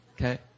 Okay